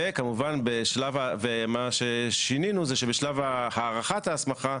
וכמובן מה ששינינו זה שבשלב הערכת ההסמכה,